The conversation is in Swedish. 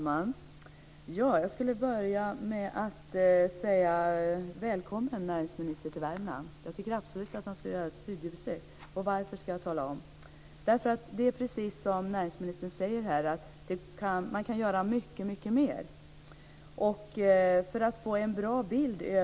Fru talman! Jag vill börja med att säga: Välkommen till Värmland, näringsministern! Jag tycker absolut att han ska göra ett studiebesök. Jag ska tala om varför. Det är precis som näringsministern säger att man kan göra mycket mer.